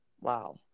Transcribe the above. Wow